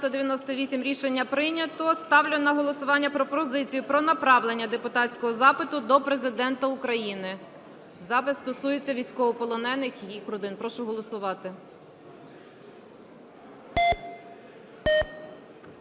Рішення прийнято. Ставлю на голосування пропозицію про направлення депутатського запиту до Президента України. Запит стосується військовополонених і їх родин. Прошу голосувати.